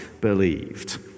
believed